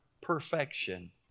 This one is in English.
perfection